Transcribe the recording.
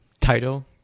Title